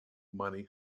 money